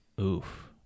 Oof